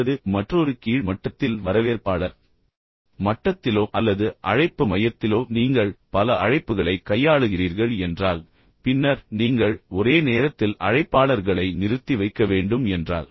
அல்லது மற்றொரு கீழ் மட்டத்தில் வரவேற்பாளர் மட்டத்திலோ அல்லது அழைப்பு மையத்திலோ நீங்கள் பல அழைப்புகளைக் கையாளுகிறீர்கள் என்றால் பின்னர் நீங்கள் ஒரே நேரத்தில் அழைப்பாளர்களை நிறுத்தி வைக்க வேண்டும் என்றால்